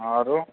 आरो